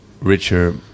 richer